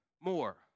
more